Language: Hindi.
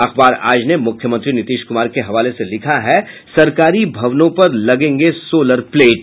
अखबार आज ने मुख्यमंत्री नीतीश कुमार के हवाले से लिखा है सरकारी भवनों पर लगेंगे सोलर प्लेट